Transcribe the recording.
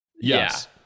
Yes